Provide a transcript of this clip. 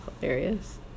hilarious